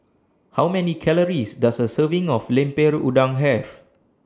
How Many Calories Does A Serving of Lemper Udang Have